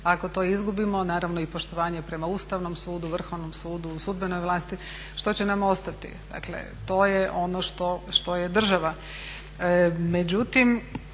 ako to izgubimo naravno i poštovanje prema Ustavnom sudu, Vrhovnom sudu, sudbenoj vlasti što će nam ostati. Dakle to je ono što je država. Međutim,